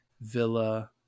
Villa